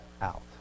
out